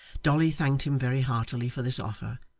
dolly thanked him very heartily for this offer,